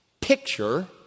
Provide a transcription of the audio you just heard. picture